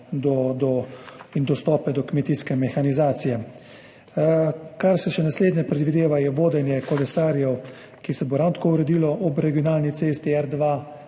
in dostope do kmetijske mehanizacije. Kar se še naslednje predvideva, je vodenje kolesarjev, ki se bo ravno tako uredilo ob regionalni cesti